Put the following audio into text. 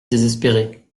désespérée